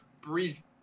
Breeze